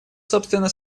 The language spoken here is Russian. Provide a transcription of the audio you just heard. собственно